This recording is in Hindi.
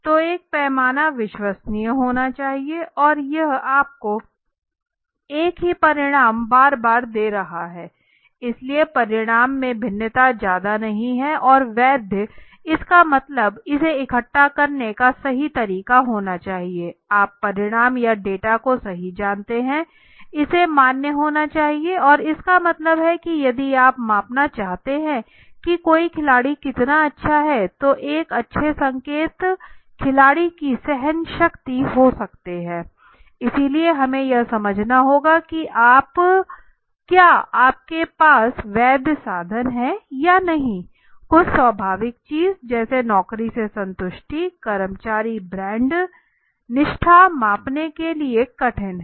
तो एक पैमाना विश्वसनीय होना चाहिए कि यह आपको एक ही परिणाम बार बार दे रहा है इसलिए परिणाम में भिन्नता ज्यादा नहीं है और वैध इसका मतलब इसे इकट्ठा करने का सही तरीका होना चाहिए आप परिणाम या डेटा को सही जानते हैं इसे मान्य होना चाहिए इसका मतलब है कि यदि आप यह मापना चाहते हैं कि कोई खिलाड़ी कितना अच्छा है तो एक अच्छा संकेत खिलाड़ी की सहनशक्ति हो सकती है इसलिए हमें यह समझना होगा की क्या आपके पास वैध साधन हैं या नहीं कुछ स्वाभाविक चीज जैसे नौकरी से संतुष्टि कर्मचारी ब्रांड निष्ठा मापने के लिए कठिन है